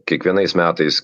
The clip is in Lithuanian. kiekvienais metais